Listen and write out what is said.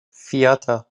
فیاتا